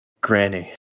Granny